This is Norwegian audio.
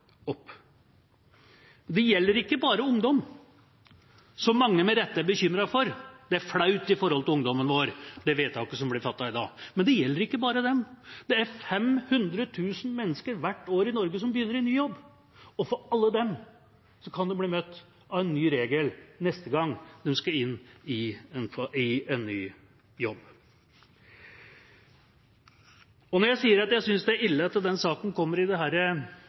Det gjelder ikke bare ungdom, som mange med rette er bekymret for. Det er flaut overfor ungdommen vår – det vedtaket som blir fattet i dag. Men det gjelder ikke bare dem. Det er 500 000 mennesker hvert år i Norge som begynner i ny jobb, og alle de kan bli møtt av en ny regel neste gang de skal inn i en ny jobb. Når jeg sier at jeg synes det er ille at den saken kommer i dette dokumentet som vi nå behandler, er det